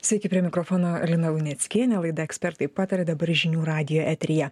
sveiki prie mikrofono lina luneckienė laidą ekspertai pataria dabar žinių radijo eteryje